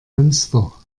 münster